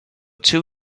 two